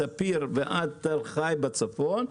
מספיר ועד תל חי בצפון.